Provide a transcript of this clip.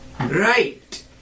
Right